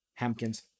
Hamkins